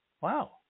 wow